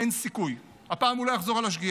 אין סיכוי, הפעם הוא לא יחזור על השגיאה,